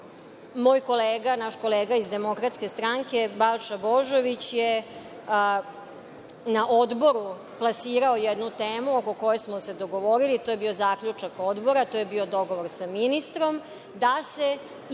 moj kolega, naš kolega iz Demokratske stranke, Balša Božović je na odboru plasirao jednu temu oko koje smo se dogovorili, to je bio zaključak odbora, to je bio dogovor sa ministrom, da se